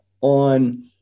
on